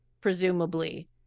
presumably